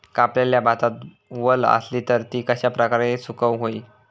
कापलेल्या भातात वल आसली तर ती कश्या प्रकारे सुकौक होई?